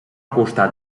costat